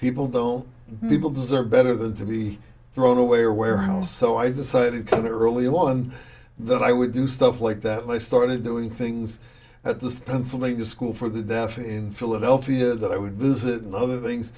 people don't people deserve better than to be thrown away or warehouse so i decided coming early on that i would do stuff like that my started doing things at this pennsylvania school for the deaf in philadelphia that i would visit and other things